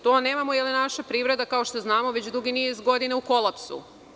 To nemamo, jer je naša privreda, kao što znamo, već dugi niz godina u kolapsu.